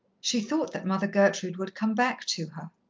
she thought that mother gertrude would come back to her.